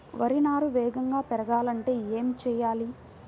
వరి నారు వేగంగా పెరగాలంటే ఏమి చెయ్యాలి?